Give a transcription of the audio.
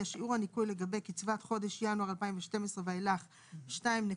יהיה שיעור הניכוי לגבי קצבת חודש ינואר 2012 ואילך - 2.7237%.